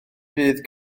bydd